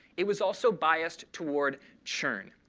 it was also biased toward churn.